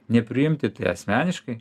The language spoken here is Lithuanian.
nepriimti tai asmeniškai